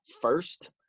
first